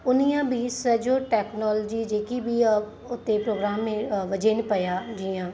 उन्हीअ बि सॼो टेक्नोलजी जेकि बि आहे उते प्रोग्राम में वञनि पिया जीअं